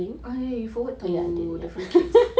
I forward to the